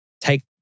take